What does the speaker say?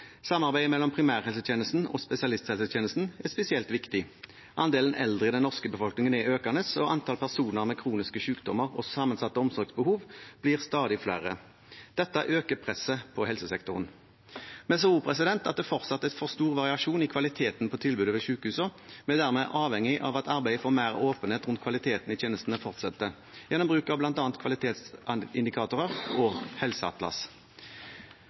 Samarbeidet mellom primærhelsetjenesten og spesialisthelsetjenesten er spesielt viktig. Andelen eldre i den norske befolkningen er økende, og antall personer med kroniske sykdommer og sammensatte omsorgsbehov blir stadig større. Dette øker presset på helsesektoren. Vi ser også at det fortsatt er for stor variasjon i kvaliteten på tilbudet ved sykehusene. Vi er dermed avhengig av at arbeidet for mer åpenhet rundt kvaliteten i tjenestene fortsetter gjennom bruk av bl.a. kvalitetsindikatorer og